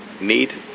need